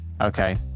okay